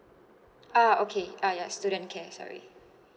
ah okay uh yeah student care sorry